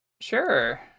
Sure